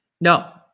No